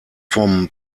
vom